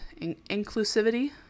inclusivity